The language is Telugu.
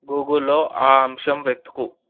గూగుల్లో ఆ అంశం వెతుకు